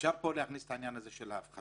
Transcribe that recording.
אפשר פה להכניס את העניין של הפחתת